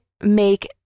make